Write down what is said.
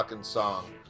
song